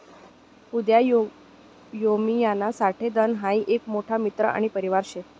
उदयमियोना साठे धन हाई एक मोठा मित्र आणि परिवार शे